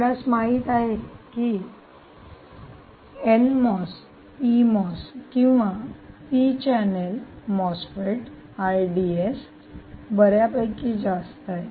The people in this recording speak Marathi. आपणास माहित आहे की एन मॉस पी मॉस किंवा P channel MOSFET R D S n MOS PMOS or p channel MOSFET R d s बर्यापैकी जास्त आहे